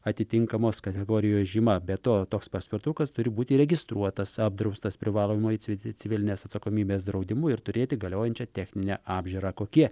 atitinkamos kategorijos žyma be to toks paspirtukas turi būti įregistruotas apdraustas privalomąjį cicvi civilinės atsakomybės draudimu ir turėti galiojančią techninę apžiūrą kokie